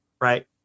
right